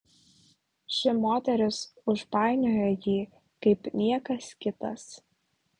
ši moteris užpainiojo jį kaip niekas kitas